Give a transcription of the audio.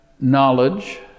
knowledge